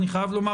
אני חייב לומר,